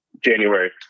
January